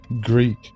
Greek